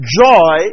joy